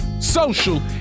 social